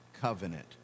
covenant